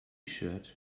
shirt